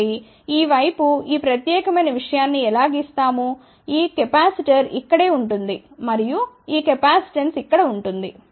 కాబట్టి ఈ వైపు ఈ ప్రత్యేకమైన విషయాన్ని ఎలా గీస్తాము ఈ కెపాసిటర్ ఇక్క డే ఉంటుంది మరియు ఈ కెపాసిటెన్స్ ఇక్కడ ఉంటుంది